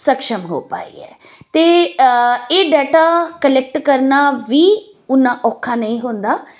ਸਕਸ਼ਮ ਹੋ ਪਾਈ ਹੈ ਅਤੇ ਇਹ ਡਾਟਾ ਕਲੈਕਟ ਕਰਨਾ ਵੀ ਓਨਾ ਔਖਾ ਨਹੀਂ ਹੁੰਦਾ